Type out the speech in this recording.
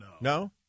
No